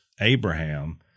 Abraham